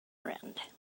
friend